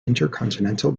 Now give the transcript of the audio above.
intercontinental